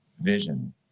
vision